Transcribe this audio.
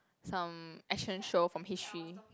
some action show from history